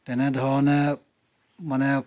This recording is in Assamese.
তেনেধৰণে মানে